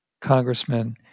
congressman